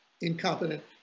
incompetent